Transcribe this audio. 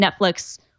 Netflix